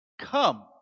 Come